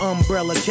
Umbrella